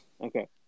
okay